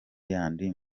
y’andi